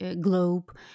globe